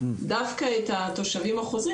דווקא את התושבים החוזרים,